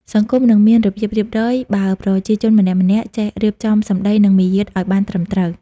សង្គមនឹងមានរបៀបរៀបរយ បើប្រជាជនម្នាក់ៗចេះរៀបចំសម្ដី និងមារយាទឱ្យបានត្រឹមត្រូវ។